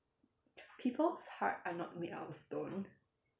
people's heart are not made out of stone